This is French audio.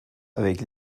avec